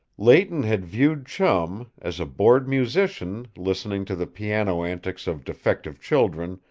leighton had viewed chum, as a bored musician, listening to the piano-antics of defective children,